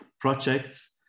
projects